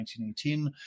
1918